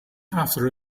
after